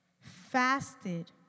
fasted